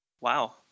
wow